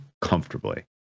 comfortably